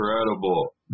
incredible